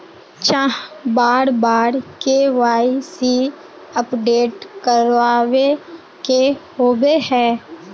चाँह बार बार के.वाई.सी अपडेट करावे के होबे है?